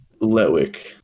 Letwick